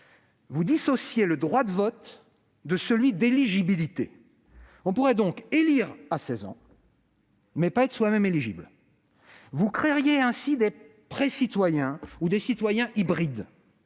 vous dissociez le droit de vote de celui d'éligibilité. On pourrait donc élire à 16 ans, mais n'être pas soi-même éligible. Vous créeriez ainsi des « pré-citoyens » ou des citoyens hybrides.